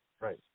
Right